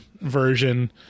version